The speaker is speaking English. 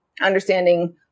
understanding